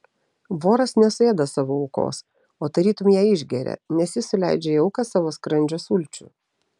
voras nesuėda savo aukos o tarytum ją išgeria nes jis suleidžia į auką savo skrandžio sulčių